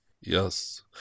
Yes